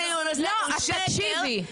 את תקשיבי.